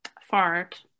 fart